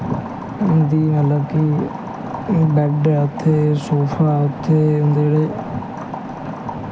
उं'दा मतलब कि बैड्ड उत्थै सोफा उत्थै उं'दे जेह्ड़े